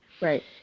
Right